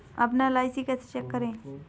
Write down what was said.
अपना एल.आई.सी कैसे चेक करें?